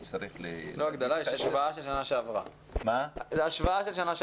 לא הגדלה, יש השוואה של שנה שעברה.